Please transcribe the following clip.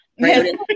Right